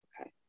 Okay